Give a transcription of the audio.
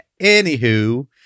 Anywho